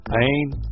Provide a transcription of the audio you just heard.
Pain